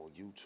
YouTube